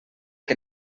que